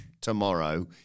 tomorrow